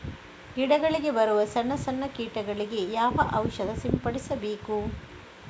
ಗಿಡಗಳಿಗೆ ಬರುವ ಸಣ್ಣ ಸಣ್ಣ ಕೀಟಗಳಿಗೆ ಯಾವ ಔಷಧ ಸಿಂಪಡಿಸಬೇಕು?